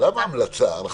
לא המלצה הנחיה.